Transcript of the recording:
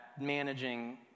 managing